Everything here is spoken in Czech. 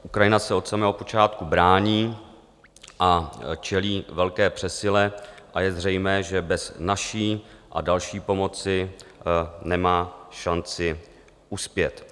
Ukrajina se od samého počátku brání, čelí velké přesile a je zřejmé, že bez naší a další pomoci nemá šanci uspět.